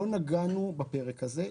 לא נגענו בפרק הזה.